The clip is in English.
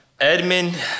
Edmund